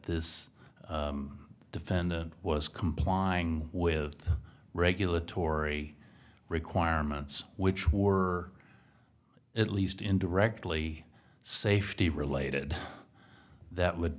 this defendant was complying with regulatory requirements which were at least indirectly safety related that would